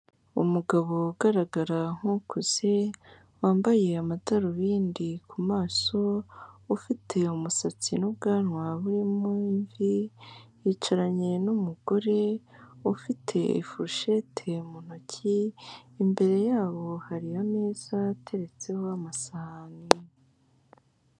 Umugabo ugaragara nk'ukuze wambaye amadarubindi ku maso, ufite umusatsi n'ubwanwa burimo imvi, yicaranye n'umugore ufite ifurushete mu ntoki, imbere yabo hari ameza ateretseho amasahani.